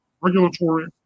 regulatory